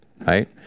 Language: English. Right